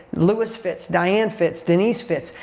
lewis fits, diane fits, denise fits,